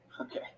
Okay